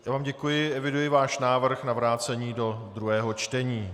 Já vám děkuji, eviduji váš návrh na vrácení do druhého čtení.